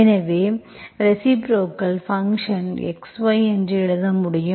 எனவே reciprocal function x y என்று எழுத முடியும்